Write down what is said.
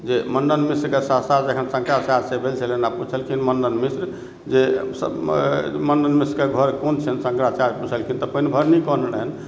जे मण्डन मिश्रके शाश्त्रार्थ जखन शंकराचार्य सँ भेल छलनि हँ आ पुछलखिन मण्डन मिश्र जे मण्डन मिश्रक घर कोन छियनि शंकराचार्य पुछलखिन तऽ पानि भरनी कहने रहनि